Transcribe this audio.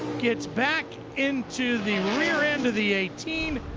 gets back into the rearrend of the eighteen.